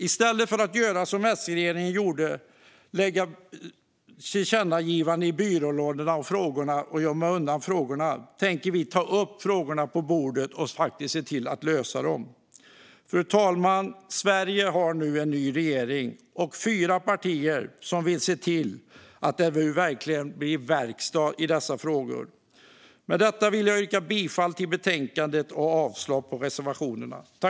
I stället för att göra som S-regeringen gjorde, nämligen att lägga tillkännagivandena i en byrålåda och gömma undan frågorna, tänker vi lägga frågorna på bordet och faktiskt se till att lösa dem. Fru talman! Sverige har nu en ny regering och fyra partier som vill se till att det blir verkstad i dessa frågor. Med detta vill jag yrka bifall till utskottets förslag i betänkandet och avslag på reservationerna.